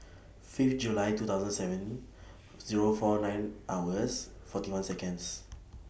Fifth July two thousand seven Zero four nine hours forty one Seconds